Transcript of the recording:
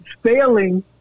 failing